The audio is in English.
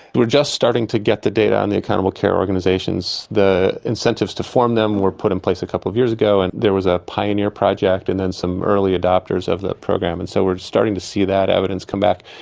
but we're just starting to get the data on and the accountable care organisations. the incentives to form them were put in place a couple of years ago and there was a pioneer project and then some early adopters of the program, and so we're starting to see that evidence come back.